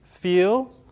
feel